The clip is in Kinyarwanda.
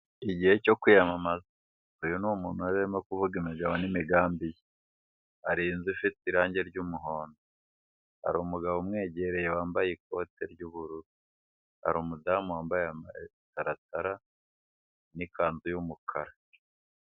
Ni igihe cyo kwiyamamaza .Uyu ni umuntu wari urimo kuvuga imigabo n'imigambi ye. Hari inzu ifite irange ry'umuhondo. Hari umugabo umwegereye wambaye ikote ry'ubururu. Hari umudamu wambaye amataratara n'ikanzu y'umukara.